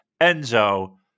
Enzo